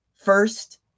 First